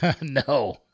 no